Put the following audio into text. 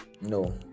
no